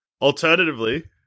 Alternatively